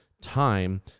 time